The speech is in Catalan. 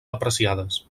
apreciades